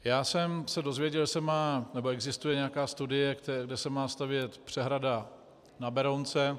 Já jsem se dozvěděl, že se má nebo existuje nějaká studie, že se má stavět přehrada na Berounce.